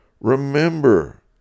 remember